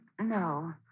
No